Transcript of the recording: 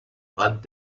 rande